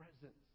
presence